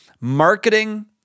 marketing